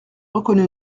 reconnu